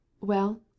Well